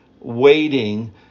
waiting